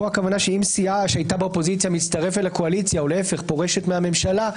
היא שאם סיעה שהייתה באופוזיציה מצטרפת לקואליציה או פורשת מהממשלה,